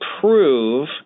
prove